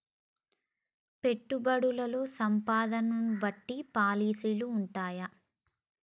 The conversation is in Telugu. పెట్టుబడుల్లో సంపదను బట్టి పాలసీలు ఉంటయా?